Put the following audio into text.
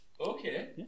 okay